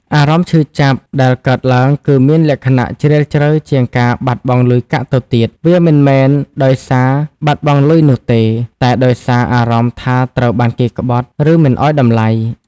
អារម្មណ៍ឈឺចាប់ដែលកើតឡើងគឺមានលក្ខណៈជ្រាលជ្រៅជាងការបាត់បង់លុយកាក់ទៅទៀត វាមិនមែនដោយសារបាត់បង់លុយនោះទេ តែដោយសារអារម្មណ៍ថាត្រូវបានគេក្បត់ ឬមិនឲ្យតម្លៃ។